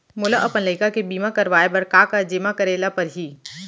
मोला अपन लइका के बीमा करवाए बर का का जेमा करे ल परही?